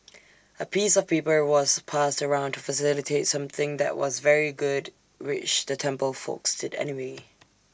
A piece of paper was passed around to facilitate something that was very good which the temple folks did anyway